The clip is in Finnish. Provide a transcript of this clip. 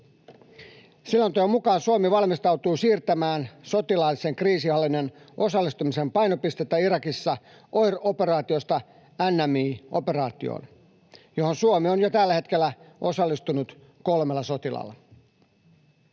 Selonteon mukaan Suomi valmistautuu siirtämään sotilaallisen kriisinhallinnan osallistumisen painopistettä Irakissa OIR-operaatiosta NMI-operaatioon, johon Suomi on jo tällä hetkellä osallistunut kolmella sotilaalla.